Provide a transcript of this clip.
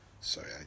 sorry